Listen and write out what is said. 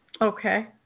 Okay